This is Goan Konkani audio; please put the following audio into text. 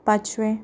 पांचवें